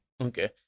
Okay